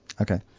Okay